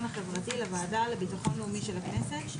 החברתי לוועדה לביטחון לאומי של הכנסת,